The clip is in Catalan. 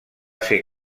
ser